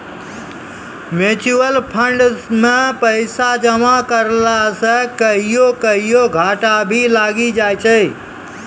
mutual fund मे पैसा जमा करला से कहियो कहियो घाटा भी लागी जाय छै